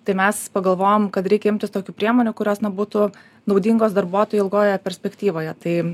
tai mes pagalvojom kad reikia imtis tokių priemonių kurios na būtų naudingos darbuotojui ilgojoje perspektyvoje tai